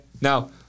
Now